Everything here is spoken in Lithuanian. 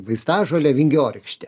vaistažolė vingiorykštė